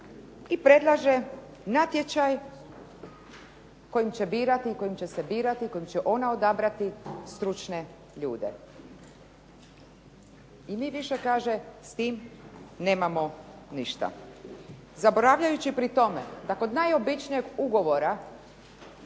i predlaže natječaj kojim će se birati, kojim će ona odabrati stručne ljude. I mi više kaže s tim nemamo ništa. Zaboravljajući pri tome da kod najobičnijeg ugovora